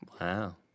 Wow